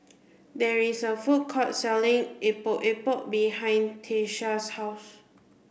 there is a food court selling Epok Epok behind Tyesha's house